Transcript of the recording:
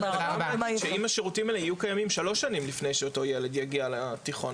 אם השירותים האלה יהיו קיימים שלוש שנים לפני שאותו ילד יגיע לתיכון,